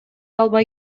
албай